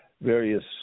various